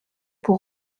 pour